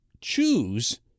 choose